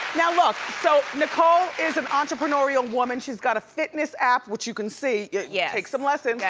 now look, so nicole is um entrepreneurial woman. she's got a fitness app, which you can see. yes. yeah take some lessons. yeah,